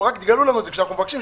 רק תגלו לנו את זה כשאנחנו מבקשים,